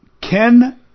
Ken